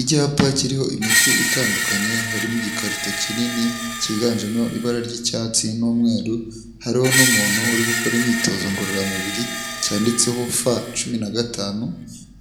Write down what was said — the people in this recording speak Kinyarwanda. Icyapa kiriho imiti itandukanye, harimo igikarito kinini, cyiganjemo ibara ry'icyatsi n'umweru, hariho n'umuntu uri gukora imyitozo ngororamubiri, cyanditseho F 15,